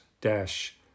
dash